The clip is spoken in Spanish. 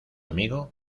amigo